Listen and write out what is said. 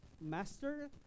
master